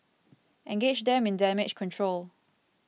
engage them in damage control